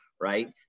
right